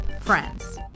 friends